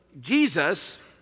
Jesus